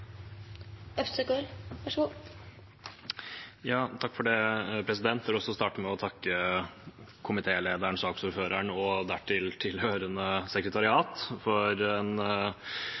vil også starte med å takke komitélederen, som også er saksordfører, og tilhørende sekretariat for en